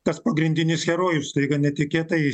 tas pagrindinis herojus staiga netikėtai